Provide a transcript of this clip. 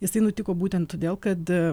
jisai nutiko būtent todėl kad